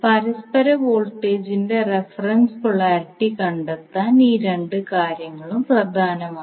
പരസ്പര വോൾട്ടേജിന്റെ reference polarity കണ്ടെത്താൻ ഈ രണ്ട് കാര്യങ്ങളും പ്രധാനമാണ്